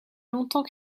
longtemps